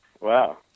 Wow